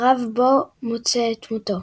בקרב בו הוא מוצא את מותו.